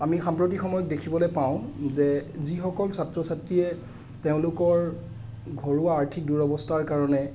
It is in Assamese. আমি সাম্প্ৰতিক সময়ত দেখিবলৈ পাওঁ যে যিসকল ছাত্ৰ ছাত্ৰীয়ে তেওঁলোকৰ ঘৰুৱা আৰ্থিক দুৰৱস্থাৰ কাৰণে